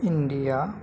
India